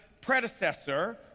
predecessor